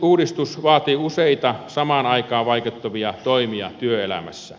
eläkeuudistus vaatii useita samaan aikaan vaikuttavia toimia työelämässä